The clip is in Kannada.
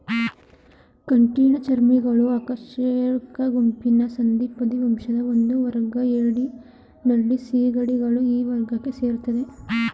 ಕಠಿಣಚರ್ಮಿಗಳು ಅಕಶೇರುಕ ಗುಂಪಿನ ಸಂಧಿಪದಿ ವಂಶದ ಒಂದುವರ್ಗ ಏಡಿ ನಳ್ಳಿ ಸೀಗಡಿಗಳು ಈ ವರ್ಗಕ್ಕೆ ಸೇರ್ತದೆ